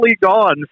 gone